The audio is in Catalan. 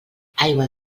aigua